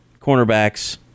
Cornerbacks